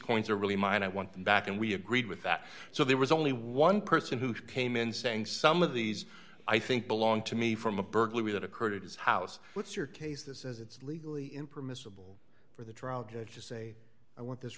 coins are really mine i want them back and we agreed with that so there was only one person who came in saying some of these i think belong to me from a burglary that occurred it is house what's your case this is it's legally in permissible for the trial judge to say i want this